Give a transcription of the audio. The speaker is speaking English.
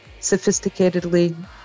sophisticatedly